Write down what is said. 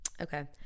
Okay